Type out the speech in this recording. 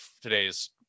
today's